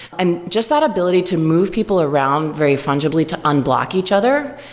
and just that ability to move people around very fungibly to unblock each other,